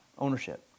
ownership